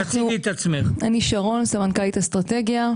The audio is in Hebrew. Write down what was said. אני סמנכ"לית אסטרטגיה.